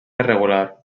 irregular